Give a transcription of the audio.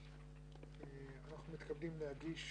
אנחנו מתכבדים להגיש,